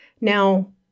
Now